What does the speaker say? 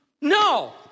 No